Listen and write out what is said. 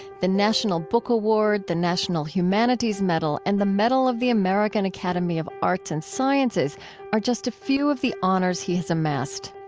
the national book award, the national humanities medal, and the medal of the american academy of arts and sciences are just a few of the honors he has amassed.